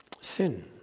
Sin